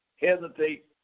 hesitate